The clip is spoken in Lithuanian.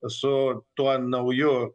su tuo nauju